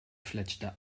fletschte